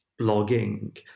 blogging